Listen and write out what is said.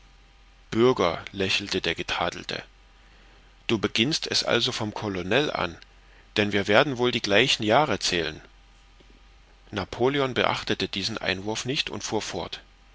bürger lächelte der getadelte du beginnst es also vom colonel an denn wir werden wohl die gleichen jahre zählen napoleon beachtete diesen einwurf nicht und fuhr fort